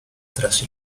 tras